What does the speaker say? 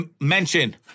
Mention